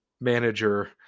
manager